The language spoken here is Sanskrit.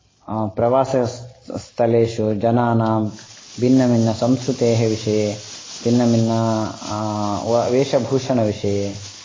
प्रवासस्थलेषु जनानां भिन्नभिन्नसंस्कृतेः विषये भिन्नभिन्न वेशभूषणविषये